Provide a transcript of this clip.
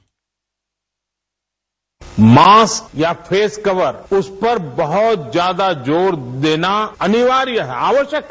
bite mask या face cover उस पर बहुत ज्यादा जोर देना अनिवार्य आवश्यक है